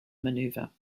maneuver